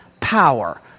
power